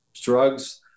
drugs